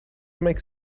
makes